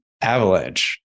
Avalanche